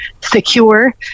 secure